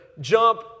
jump